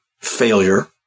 failure